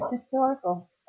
historical